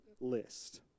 list